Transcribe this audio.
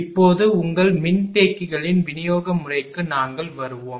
இப்போது உங்கள் மின்தேக்கிகளின் விநியோக முறைக்கு நாங்கள் வருவோம்